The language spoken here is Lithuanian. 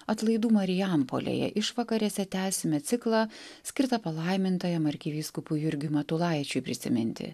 atlaidų marijampolėje išvakarėse tęsime ciklą skirtą palaimintajam arkivyskupui jurgiui matulaičiui prisiminti